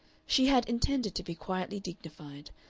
she had intended to be quietly dignified,